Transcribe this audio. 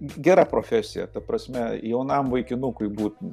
ge gera profesija ta prasme jaunam vaikinukui būt